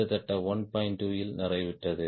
2 இல் நிறைவுற்றது